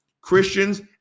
Christians